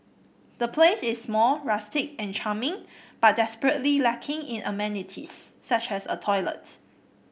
the place is small rustic and charming but desperately lacking in amenities such as a toilet